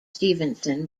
stephenson